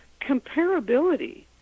comparability